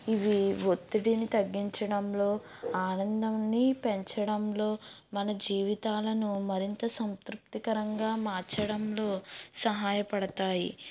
ఇవి ఒత్తిడిని తగ్గించడంలో ఆనందంని పెంచడంలో మన జీవితాలను మరింత సంతృప్తికరంగా మార్చడంలో సహాయపడతాయి